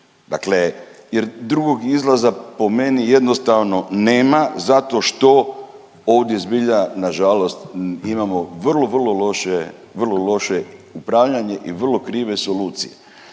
dakle jer drugog izlaza po meni jednostavno nema zato što ovdje zbilja nažalost imamo vrlo, vrlo loše, vrlo loše upravljanje i vrlo krive solucije